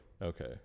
Okay